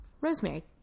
Rosemary